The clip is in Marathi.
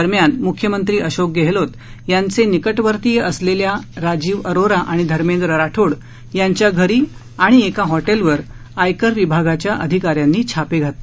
दरम्यान म्ख्यमंत्री अशोक गेहलोत यांचे यांचे निकटवर्तीय असलेल्या राजीव अरोरा आणि धर्मेद्र राठोड यांच्या घरी आणि एका हॉटेलवर आयकर विभागाच्या अधिकाऱ्यांनी छापे घातले